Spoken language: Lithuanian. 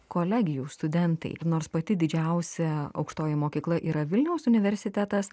kolegijų studentai nors pati didžiausia aukštoji mokykla yra vilniaus universitetas